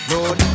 Lord